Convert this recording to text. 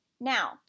Now